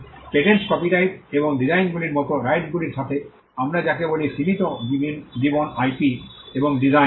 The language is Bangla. পেটেন্টস কপিরাইট এবং ডিজাইনগুলির মতো রাইটসগুলির সাথে আমরা যাকে বলে সীমিত জীবন আইপি এবং ডিজাইন